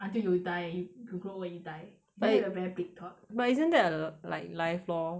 until you die you grow old and you die but isn't that a very big thought but isn't that a like life lor